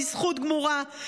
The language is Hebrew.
בזכות גמורה.